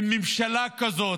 עם ממשלה כזאת,